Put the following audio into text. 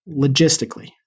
logistically